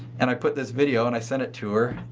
and i put this video and i sent it to her.